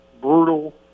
brutal